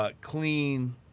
Clean